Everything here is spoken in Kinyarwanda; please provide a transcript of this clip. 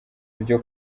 byo